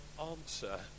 answer